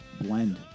blend